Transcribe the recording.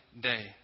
day